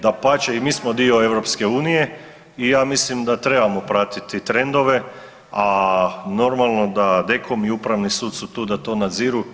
Dapače i mi smo dio EU i ja mislim da trebamo pratiti trendove, a normalno da DKOM i Upravni sud su tu da to nadziru.